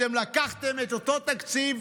אתם לקחתם את אותו תקציב,